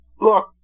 look